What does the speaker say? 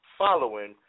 following